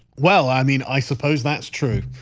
well, i mean i suppose that's true.